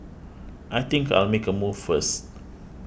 I think I'll make a move first